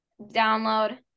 download